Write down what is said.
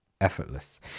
effortless